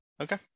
Okay